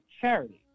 Charity